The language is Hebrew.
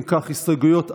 אם כך, הסתייגויות 4,